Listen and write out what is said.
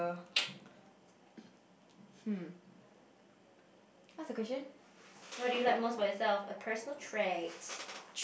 oh hmm what's the question